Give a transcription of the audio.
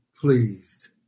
pleased